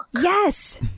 Yes